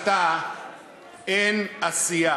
השר נמצא באולם, רבותי.